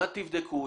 אנא תבדקו,